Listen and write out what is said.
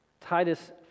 Titus